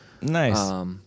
Nice